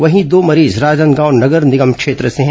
वहीं दो मरीज राजनांदगांव नगर निगम क्षेत्र से हैं